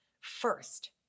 first